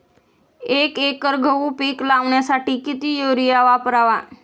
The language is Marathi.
एक एकर गहू पीक लावण्यासाठी किती युरिया वापरावा?